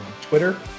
Twitter